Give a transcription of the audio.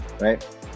right